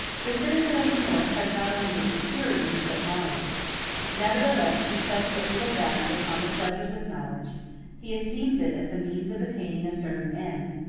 the citizen of the north has not only experience, but knowledge nevertheless he sets but little value upon the pleasures of knowledge he esteems it as the means of attaining a certain end,